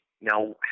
Now